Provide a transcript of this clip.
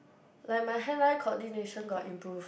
like my hand eye coordination got improve